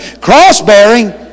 Cross-bearing